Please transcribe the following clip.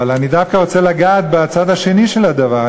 אבל אני דווקא רוצה לגעת בצד השני של הדבר.